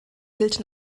gilt